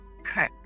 Okay